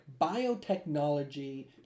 biotechnology